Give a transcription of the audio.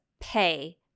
pay